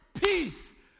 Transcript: peace